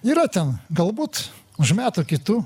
yra ten galbūt už metų kitų